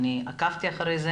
עקבתי אחרי זה